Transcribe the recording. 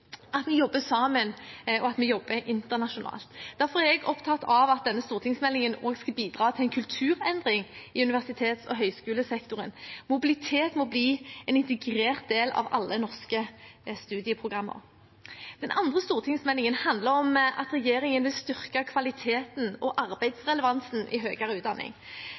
at vi jobber sammen, og at vi jobber internasjonalt. Derfor er jeg opptatt av at denne stortingsmeldingen også skal bidra til en kulturendring i universitets- og høyskolesektoren. Mobilitet må bli en integrert del av alle norske studieprogrammer. Den andre stortingsmeldingen handler om at regjeringen vil styrke kvaliteten og arbeidsrelevansen i høyere utdanning.